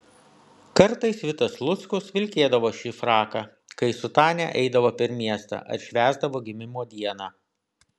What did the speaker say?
kartais vitas luckus vilkėdavo šį fraką kai su tania eidavo per miestą ar švęsdavo gimimo dieną